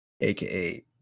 aka